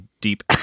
deep